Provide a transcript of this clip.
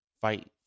fight